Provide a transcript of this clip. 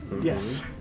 Yes